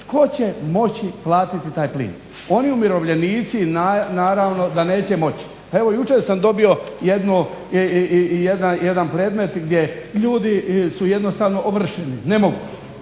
tko će moći platiti taj plin? Oni umirovljenici naravno da neće moći. Evo jučer sam dobio jedan predmet gdje ljudi su jednostavno ovršeni, ne mogu.